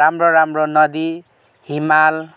राम्रो राम्रो नदी हिमाल